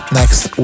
next